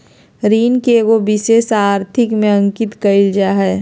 ऋण के एगो विशेष आर्थिक में अंकित कइल जा हइ